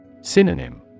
Synonym